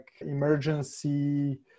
emergency